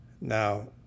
Now